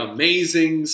Amazing